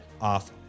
off